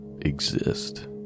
exist